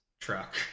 truck